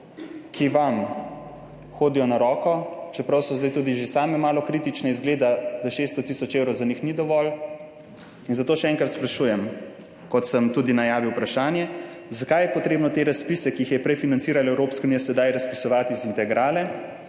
ki vam hodijo na roko, čeprav so zdaj tudi že same malo kritične, izgleda, da 600 tisoč evrov za njih ni dovolj. In zato še enkrat sprašujem, kot sem tudi najavil vprašanje: Zakaj je potrebno te razpise, ki jih je prej financirala Evropska unija, sedaj razpisovati iz integrale?